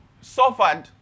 suffered